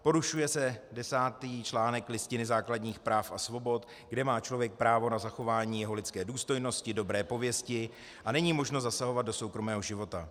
Porušuje se desátý článek Listiny základních práv a svobod, kde má člověk právo na zachování své lidské důstojnosti, dobré pověsti a není možno zasahovat do soukromého života.